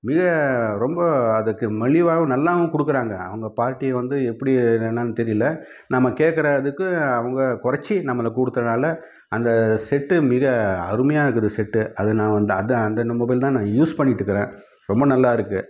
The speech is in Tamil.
விலை ரொம்ப அதுக்கு மலிவாகவும் நல்லாவும் கொடுக்குறாங்க அவங்க பார்ட்டி வந்து எப்படி என்னன்னு தெரியல நம்ம கேட்கற இதுக்கு அவங்க கொறைச்சி நம்மளுக்கு கொடுத்தறனால அந்த செட்டு மிக அருமையாக இருக்குது செட்டு அது நான் வந்து அந்த அந்த மொபைல் தான் நான் யூஸ் பண்ணிட்டுருக்கிறேன் ரொம்ப நல்லாயிருக்கு